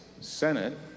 Senate